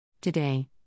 Today